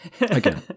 again